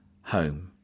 home